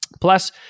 Plus